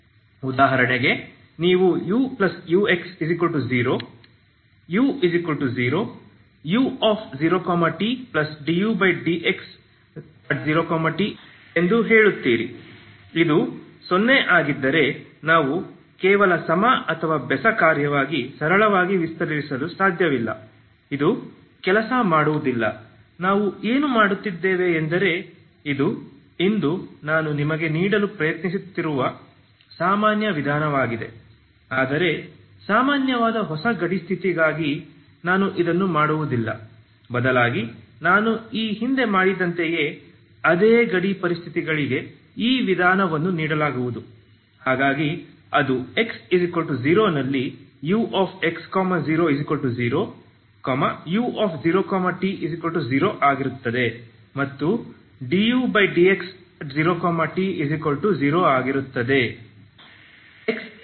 ಉದಾಹರಣೆಗೆ ನೀವು uux0 x0 u0t∂u∂x0t ಎಂದು ಹೇಳುತ್ತೀರಿ ಇದು 0 ಆಗಿದ್ದರೆ ನಾವು ಕೇವಲ ಸಮ ಅಥವಾ ಬೆಸ ಕಾರ್ಯವಾಗಿ ಸರಳವಾಗಿ ವಿಸ್ತರಿಸಲು ಸಾಧ್ಯವಿಲ್ಲ ಇದು ಕೆಲಸ ಮಾಡುವುದಿಲ್ಲ ನಾವು ಏನು ಮಾಡುತ್ತೇವೆ ಎಂದರೆ ಇದು ಇಂದು ನಾನು ನಿಮಗೆ ನೀಡಲು ಪ್ರಯತ್ನಿಸುವ ಸಾಮಾನ್ಯ ವಿಧಾನವಾಗಿದೆ ಆದರೆ ಸಾಮಾನ್ಯವಾದ ಹೊಸ ಗಡಿ ಸ್ಥಿತಿಗಾಗಿ ನಾನು ಇದನ್ನು ಮಾಡುವುದಿಲ್ಲ ಬದಲಾಗಿ ನಾನು ಈ ಹಿಂದೆ ಮಾಡಿದಂತೆಯೇ ಅದೇ ಗಡಿ ಪರಿಸ್ಥಿತಿಗಳಿಗೆ ಈ ವಿಧಾನವನ್ನು ನೀಡಲಾಗುವುದು ಹಾಗಾಗಿ ಅದು x0 ನಲ್ಲಿ ux00 u0t0 ಆಗಿರುತ್ತದೆ ಮತ್ತು∂u∂x0t0 ಆಗಿರುತ್ತದೆ